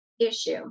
issue